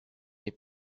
des